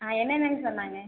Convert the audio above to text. ஆ என்னென்னனு சொன்னாங்கள்